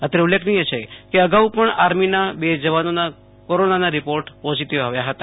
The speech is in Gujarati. અત્ર ઉલ્લેખનીય છે કે અગાઉ પણ આર્મીના બે જવાનનોના કોરોના રીપોર્ટ પોઝીટીવ આવ્યા હતા